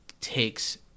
takes